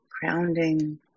Grounding